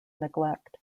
neglect